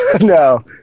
No